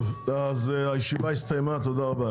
הישיבה הסתיימה, תודה רבה.